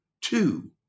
Two